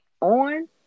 on